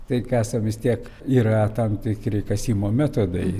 tai esą vis tiek yra tam tikri kasimo metodai